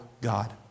God